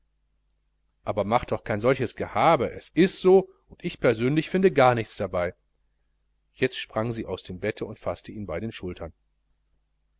ach mach kein solches gehabe es ist so und ich finde gar nichts dabei jetzt sprang sie aus dem bette und faßte ihn an den schultern